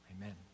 Amen